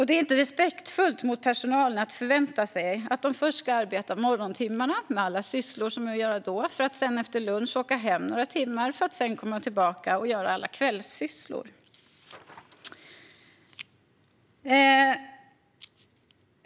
Det är inte respektfullt mot personalen att förvänta sig att de först ska arbeta på morgontimmarna med alla morgonsysslor, sedan åka hem ett par timmar och därefter komma tillbaka och göra alla kvällssysslor.